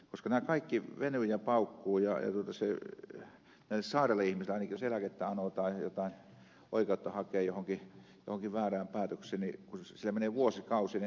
nämä kaikki venyy ja paukkuu ja jos sairaille ihmisille eläkettä anotaan tai jos oikeutta haetaan johonkin väärään päätökseen niin kun siellä menee vuosikausia niin ennättää ihminen kuollakin